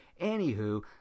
Anywho